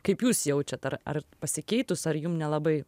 kaip jūs jaučiat ar ar pasikeitus ar jum nelabai